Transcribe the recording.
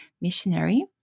missionary